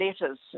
letters